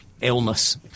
illness